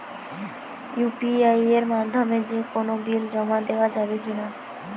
UPI এর মাধ্যমে যে কোনো বিল জমা দেওয়া যাবে কি না?